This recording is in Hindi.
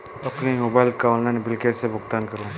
अपने मोबाइल का ऑनलाइन बिल कैसे भुगतान करूं?